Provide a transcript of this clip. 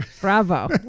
Bravo